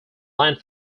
land